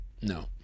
No